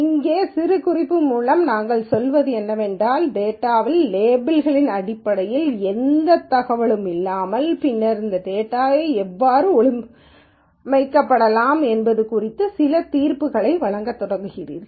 இங்கே சிறுகுறிப்பு மூலம் நான் சொல்வது என்னவென்றால் டேட்டாவின் லேபிளிங்கின் அடிப்படையில் எந்த தகவலும் இல்லாமல் பின்னர் இந்த டேட்டா எவ்வாறு ஒழுங்கமைக்கப்படலாம் என்பது குறித்து சில தீர்ப்புகளை வழங்கத் தொடங்குகிறீர்கள்